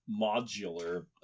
modular